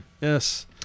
Yes